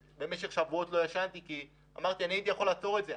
במשך שבועות לא ישנתי כי אמרתי שהייתי יכול לעצור את זה.